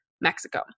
Mexico